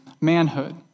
manhood